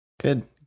Good